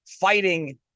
fighting